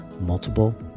multiple